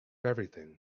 everything